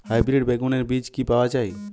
Hybrid বেগুনের বীজ কি পাওয়া য়ায়?